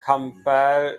campbell